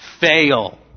fail